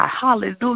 hallelujah